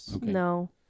No